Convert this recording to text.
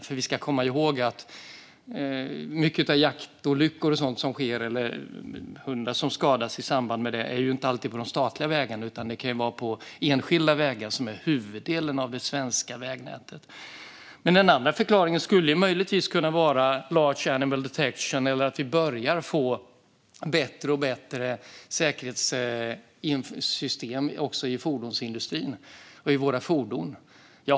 För vi ska komma ihåg att de jaktolyckor som inträffar och de hundar som skadas i samband med det inte alltid sker på de statliga vägarna, utan det kan också ske på enskilda vägar, som utgör huvuddelen av det svenska vägnätet. Den andra förklaringen skulle möjligtvis kunna vara Large Animal Detection - att vi börjar få bättre och bättre säkerhetssystem också i fordonsindustrin och i våra fordon.